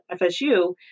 FSU